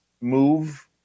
move